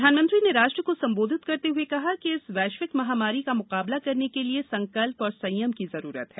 प्रधानमंत्री ने राष्ट्र को संबोधित करते हुए कहा कि इस वैश्विक महामारी का मुकाबला करने के लिए संकल्प और संयम की जरूरत है